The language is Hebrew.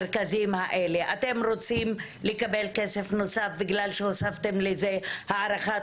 אתם רוצים לקבל כסף נוסף בגלל שהוספתם לזה הערכת